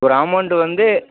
ஒரு அமௌன்ட்டு வந்து